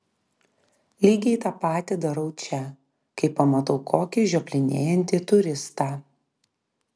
lygiai tą patį darau čia kai pamatau kokį žioplinėjantį turistą